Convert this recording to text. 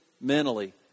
mentally